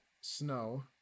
snow